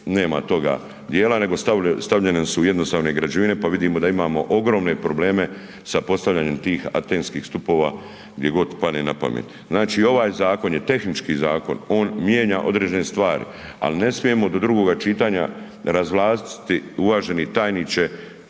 nema toga dijela nego stavljene su jednostavne građevine, pa vidimo da imamo ogromne probleme sa postavljanjem tih antenskih stupova gdje god padne napamet. Znači, ovaj zakon je tehnički zakon, on mijenja određene stvari ali ne smijemo do drugoga čitanja razvlastiti uvaženi tajniče